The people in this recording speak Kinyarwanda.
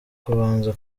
kubanza